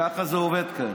ככה זה עובד אצלכם.